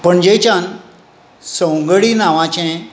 पणजेच्यान संवगळी नांवाचें